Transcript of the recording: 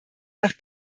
nach